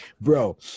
bro